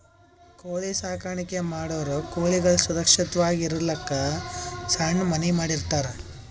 ಕೋಳಿ ಸಾಕಾಣಿಕೆ ಮಾಡೋರ್ ಕೋಳಿಗಳ್ ಸುರಕ್ಷತ್ವಾಗಿ ಇರಲಕ್ಕ್ ಸಣ್ಣ್ ಮನಿ ಮಾಡಿರ್ತರ್